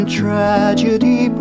tragedy